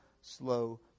slow